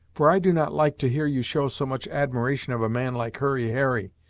for i do not like to hear you show so much admiration of a man like hurry harry,